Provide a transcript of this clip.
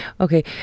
okay